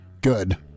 Good